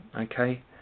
Okay